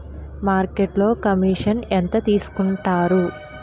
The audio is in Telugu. మార్కెట్లో కమిషన్ ఎంత తీసుకొంటారు?